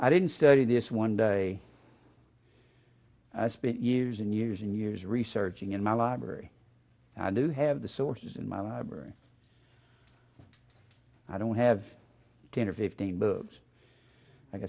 i didn't study this one day i spent years and years and years researching in my library and i do have the sources in my library i don't have ten or fifteen